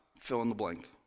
fill-in-the-blank